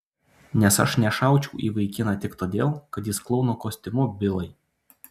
nes aš nešaučiau į vaikiną tik todėl kad jis klouno kostiumu bilai